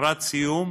לקראת סיום